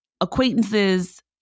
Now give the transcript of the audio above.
acquaintances